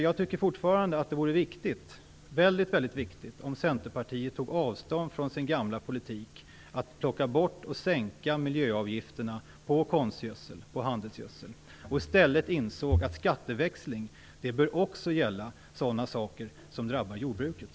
Jag tycker fortfarande att det vore väldigt bra om Centerpartiet tog avstånd från sin gamla politik att sänka eller plocka bort miljöavgifterna på konstgödsel och handelsgödsel och i stället insåg att skatteväxling också bör gälla sådant som drabbar jordbruket.